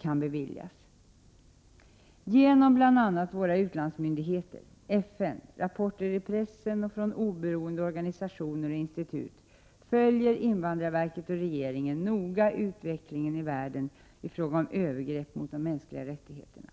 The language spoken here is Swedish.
kan beviljas. Genom bl.a. våra utlandsmyndigheter, FN och rapporter i pressen och från oberoende organisationer och institut följer invandrarverket och regeringen noga utvecklingen i världen i fråga om övergrepp mot de mänskliga rättigheterna.